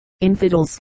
infidels